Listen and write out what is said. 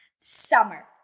Summer